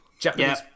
Japanese